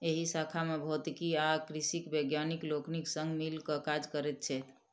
एहि शाखा मे भौतिकी आ कृषिक वैज्ञानिक लोकनि संग मिल क काज करैत छथि